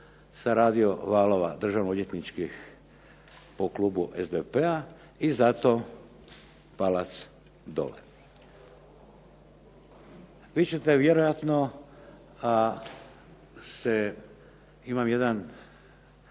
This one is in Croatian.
sa radio valova državno odvjetničkih po Klubu SDP-a i zato palac dole. Vi ćete vjerojatno se, imam jedan